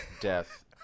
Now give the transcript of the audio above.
death